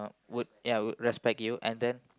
would ya would respect you and then